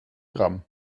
gramm